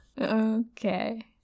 Okay